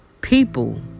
People